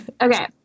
Okay